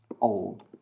old